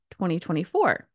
2024